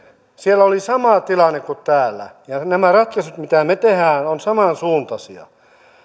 siellä oli sama tilanne kuin täällä ja nämä ratkaisut mitä me teemme ovat samansuuntaisia